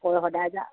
আকৌ সদায় যা